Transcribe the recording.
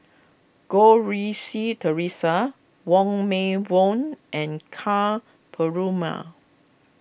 Goh Rui Si theresa Wong Meng Voon and Ka Perumal